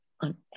on